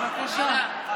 בבקשה.